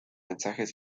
mensajes